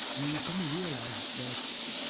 we suddenly realized that